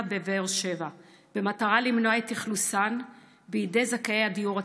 בבאר שבע במטרה למנוע את אכלוסן בידי זכאי הדיור הציבורי.